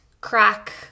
Crack